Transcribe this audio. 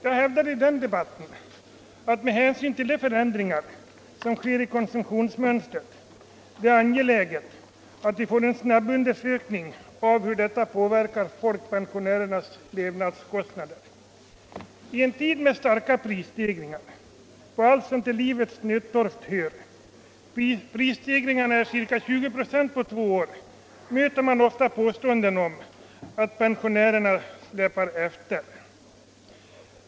Jag hävdade i den diskussionen att med hänsyn till de förändringar som sker i konsumtionsmönstret är det angeläget att vi får en snabb undersökning av hur dessa förändringar påverkar folkpensionärernas levnadskostnader. I en tid med starka prisstegringar på allt som till livets nödtorft hör, prisstegringar på ca 20 26 på två år, möter man ofta påståendet att pensionärerna släpar efter.